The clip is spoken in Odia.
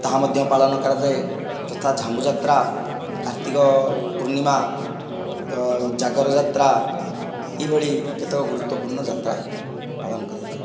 ତାହା ମଧ୍ୟ ପାଳନ କରାଯାଏ ଯଥା ଝାମୁଯାତ୍ରା କାର୍ତ୍ତିକ ପୂର୍ଣ୍ଣିମା ଜାଗରଯାତ୍ରା ଏଇଭଳି କେତେକ ଗୁରୁତ୍ୱପୁର୍ଣ୍ଣ ଯାତ୍ରା ପାଳନ କରାଯାଏ